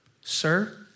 sir